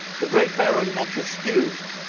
the great baron, montesquieu,